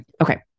Okay